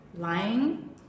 Lying